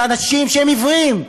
לאנשים עיוורים,